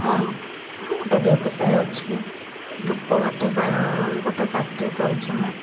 ହଁ ମୋର ଗୋଟିଏ ବ୍ୟବସାୟ ଅଛି ଧୂପକାଠି ଗୋଟିଏ ଫ୍ୟାକ୍ଟ୍ରି କରିଛି ମୁଁ